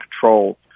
control